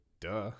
Duh